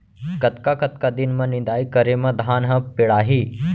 कतका कतका दिन म निदाई करे म धान ह पेड़ाही?